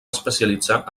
especialitzar